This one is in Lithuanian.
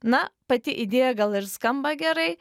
na pati idėja gal ir skamba gerai